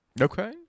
Okay